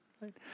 right